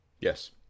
Yes